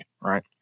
right